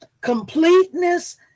completeness